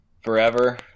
forever